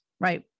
right